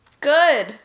Good